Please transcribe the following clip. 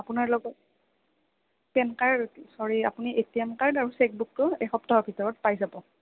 আপোনাৰ লগত PAN card চ'ৰি আপুনি এ টি এম কাৰ্ড আৰু চেকবুকটো এসপ্তাহৰ ভিতৰত পাই যাব